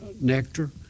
nectar